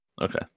Okay